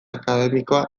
akademikoa